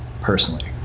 personally